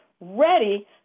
ready